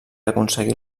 aconseguir